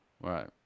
Right